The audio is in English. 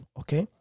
okay